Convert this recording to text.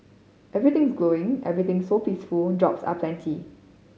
everything's glowing everything's so peaceful jobs are plenty